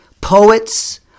poets